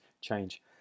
change